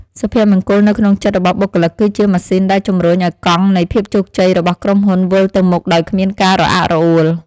សុភមង្គលនៅក្នុងចិត្តរបស់បុគ្គលិក គឺជាម៉ាស៊ីនដែលជំរុញឱ្យកង់នៃភាពជោគជ័យរបស់ក្រុមហ៊ុនវិលទៅមុខដោយគ្មានការរអាក់រអួល។